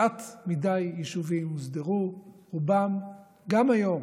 מעט מדי יישובים הוסדרו, ורובם גם היום